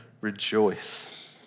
rejoice